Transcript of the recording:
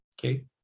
okay